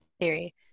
theory